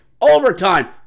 overtime